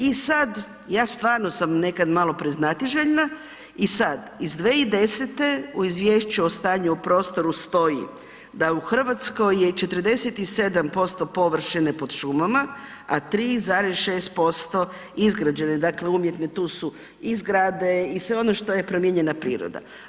I sada ja stvarno sam nekad malo preznatiželjna i sada iz 2010. u izvješću o stanju u prostoru stoji da u „Hrvatskoj je 47% površine pod šumama, a 3,6% izgrađene“, dakle umjetne tu su i zgrade i sve ono što je promijenjena priroda.